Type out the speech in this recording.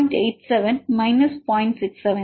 67 இது 0